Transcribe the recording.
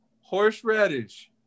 Horseradish